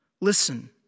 listen